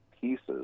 pieces